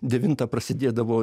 devintą prasidėdavo